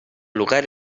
lugar